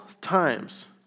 times